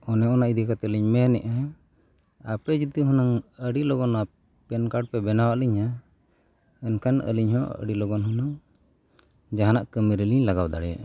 ᱚᱱᱮ ᱚᱱᱟ ᱤᱫᱤ ᱠᱟᱛᱮᱫ ᱞᱤᱧ ᱢᱮᱱᱮᱫᱼᱟ ᱟᱯᱮ ᱡᱩᱫᱤ ᱦᱩᱱᱟᱹᱝ ᱟᱹᱰᱤ ᱞᱚᱜᱚᱱ ᱚᱱᱟ ᱯᱮᱱ ᱠᱟᱨᱰ ᱯᱮ ᱵᱮᱱᱟᱣ ᱟᱹᱞᱤᱧᱟᱹ ᱢᱮᱱᱠᱷᱟᱱ ᱟᱹᱞᱤᱧ ᱦᱚᱸ ᱟᱹᱰᱤ ᱞᱚᱜᱚᱱ ᱦᱩᱱᱟᱹᱝ ᱡᱟᱦᱟᱱᱟᱜ ᱠᱟᱹᱢᱤ ᱨᱮᱞᱤᱧ ᱞᱟᱜᱟᱣ ᱫᱟᱲᱮᱭᱟᱜᱼᱟ